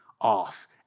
off